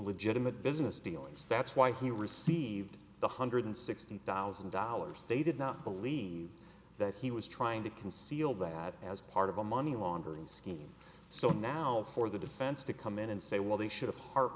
legitimate business dealings that's why he received the hundred sixty thousand dollars they did not believe that he was trying to conceal that as part of a money laundering scheme so now for the defense to come in and say well they should have heart